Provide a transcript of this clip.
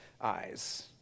eyes